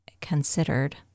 considered